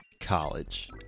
College